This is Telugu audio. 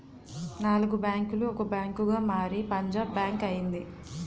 నాలుగు బ్యాంకులు ఒక బ్యాంకుగా మారి పంజాబ్ బ్యాంక్ అయింది